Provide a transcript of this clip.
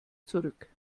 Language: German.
zurück